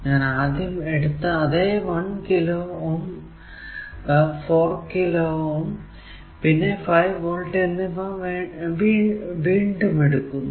ഞാൻ ആദ്യം എടുത്ത അതെ 1 കിലോ Ω 4 കിലോ Ω പിന്നെ 5 വോൾട് എന്നിവ വേണ്ടതും എടുക്കുന്നു